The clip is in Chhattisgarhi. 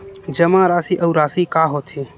जमा राशि अउ राशि का होथे?